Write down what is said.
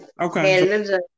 Okay